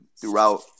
throughout